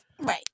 Right